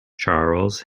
charles